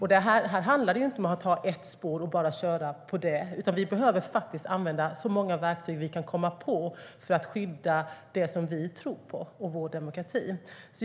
Här handlar det inte om att bara ha ett spår och att köra på det, utan vi behöver använda så många verktyg vi kan komma på för att skydda det som vi tror på och vår demokrati.